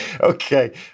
Okay